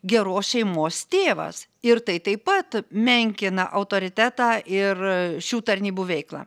geros šeimos tėvas ir tai taip pat menkina autoritetą ir šių tarnybų veiklą